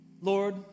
Lord